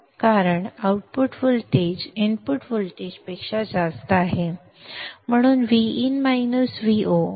कारण output voltage input व्होल्टेजपेक्षा जास्त आहे म्हणून Vin Vo निगेटिव्ह आहे